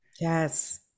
yes